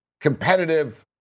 competitive